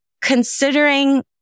Considering